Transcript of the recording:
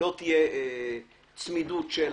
שלא תהיה צמידות של